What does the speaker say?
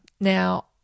Now